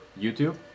youtube